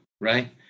right